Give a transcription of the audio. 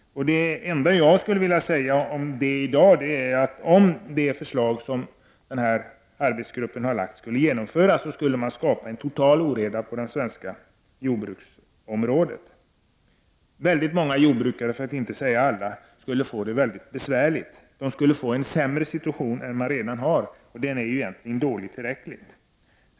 Det enda jag vill säga om det förslaget i dag är, att om arbetsgruppens förslag skulle genomföras, skulle man skapa en total oreda inom det svenska jordbruket. Väldigt många jordbrukare, för att inte säga alla, skulle få det mycket besvärligt. De skulle få en sämre situation än de har i dag, och den är tillräcklig dålig.